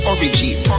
Origin